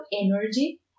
energy